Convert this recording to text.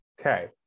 Okay